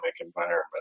environment